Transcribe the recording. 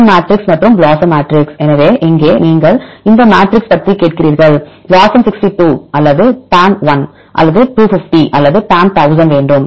PAM மேட்ரிக்ஸ்மற்றும் BLOSUM matrix எனவே இங்கே நீங்கள் எந்த மேட்ரிக்ஸ் பற்றி கேட்கிறீர்கள் BLOSUM62 அல்லது PAM1 அல்லது 250 அல்லது PAM1000 வேண்டும்